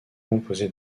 composé